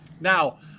Now